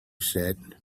said